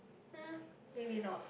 !huh! maybe not